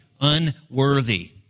unworthy